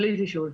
בלי תשאול.